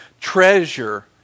Treasure